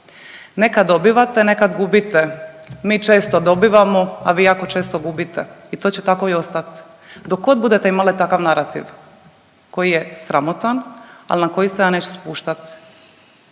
Nekad dobivate, nekad gubite. Mi često dobivamo, a vi često gubite i to će tako i ostat dok god budete imali takav narativ koji je sramotan, ali na koji se ja neću spuštat.